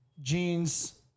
jeans